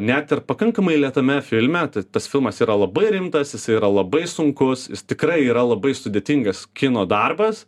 net ir pakankamai lėtame filme tad tas filmas yra labai rimtas jisai yra labai sunkus jis tikrai yra labai sudėtingas kino darbas